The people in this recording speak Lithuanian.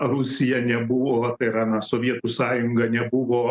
rusija nebuvo tai yra na sovietų sąjunga nebuvo